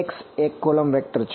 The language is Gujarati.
X એક કોલમ વેક્ટર છે